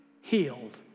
healed